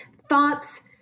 thoughts